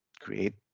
create